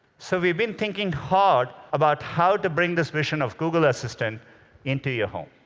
so we've been thinking hard about how to bring this vision of google assistant into your home.